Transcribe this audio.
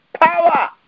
power